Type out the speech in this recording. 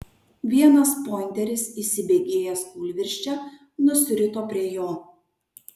vienas pointeris įsibėgėjęs kūlvirsčia nusirito prie jo